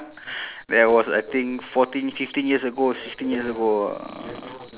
that was I think fourteen fifteen years ago sixteen years ago ah